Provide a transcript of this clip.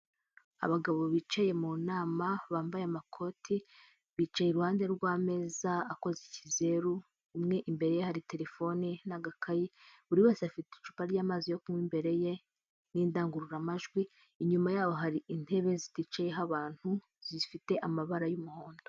Abagabo bicaye mu nama bambaye amakoti, bicaye iruhande rw'ameza akoze ikizeru, umwe imbere ye hari telefone n'agakayi, buri wese afite icupa ry'amazi yo kunywa imbere ye n'indangururamajwi, inyuma yabo hari intebe ziticayeho abantu zifite amabara y'umuhondo.